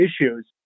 issues